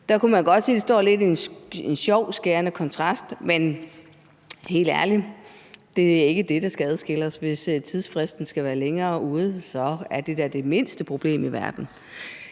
kunne man godt sige, at det står lidt i en sjov, skærende kontrast. Men helt ærligt, det er ikke det, der skal skille os ad. Hvis tidsfristen skal ligge længere ude, er det da det mindste problem i verden.